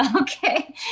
Okay